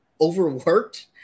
overworked